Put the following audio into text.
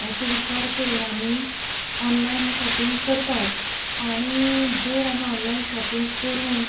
असो विचाक करून आमी ऑन्लाइन हे शॉपिंग करतात आनी जर आमी ऑन्लाइन शॉपिंग करून